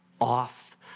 off